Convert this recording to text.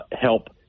help